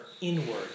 inward